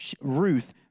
Ruth